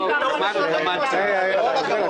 אני קורא אותך לסדר בפעם הראשונה.